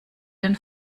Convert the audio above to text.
den